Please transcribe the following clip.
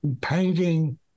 painting